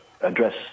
address